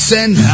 Send